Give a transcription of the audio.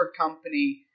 company